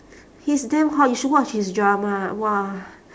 he's damn hot you should watch his drama !wah!